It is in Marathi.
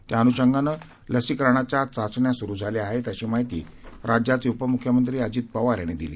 त्या अनुषगांनं लसीकरणाच्या चाचण्या स्रू झाल्या आहेत अशी माहिती राज्याचे उपम्ख्यमंत्री अजित पवार यांनी दिली